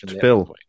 Phil